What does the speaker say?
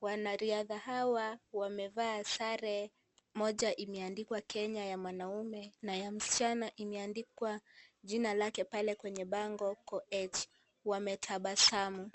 Wanariadha hawa wamevaa sare moja imeandikwa Kenya ya mwanaume na ya msichana imeandikwa jina lake pale kwenye bango, Koech . Wametabasamu.